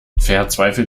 verzweifelt